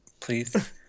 Please